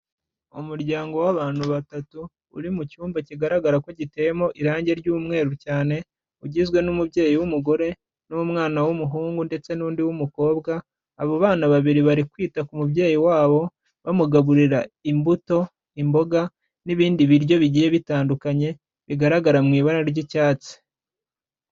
Umuryango w'abantu batatu uri mu cyumba kigaragara ko giteyemo irangi ry'umweru cyane, ugizwe n'umubyeyi w'umugore n'umwana w'umuhungu ndetse n'undi w mukobwa, abo bana babiri bari kwita ku mubyeyi wabo bamugaburira imbuto, imboga n'ibindi biryo bigiye bitandukanye bigaragara mu ibara y'icyatsi.